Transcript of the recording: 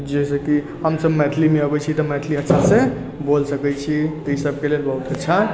जइसे कि हमसब मैथिलीमे आबै छी तऽ मैथिली अच्छा से बोल सकै छी ई सबकेँ लेल बहुत अच्छा